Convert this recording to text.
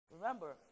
Remember